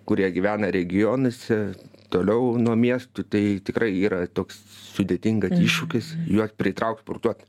kurie gyvena regionuose toliau nuo miestų tai tikrai yra toks sudėtingas iššūkis juos pritraukt sportuot